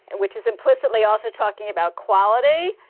and which is implicitly also talking about quality,